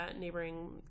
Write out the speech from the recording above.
neighboring